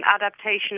adaptation